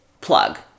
plug